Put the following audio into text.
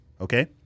okay